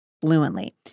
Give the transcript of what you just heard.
fluently